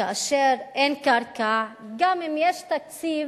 כאשר אין קרקע, גם אם יש תקציב,